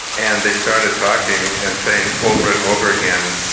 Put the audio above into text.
and they started talking and saying over and over again,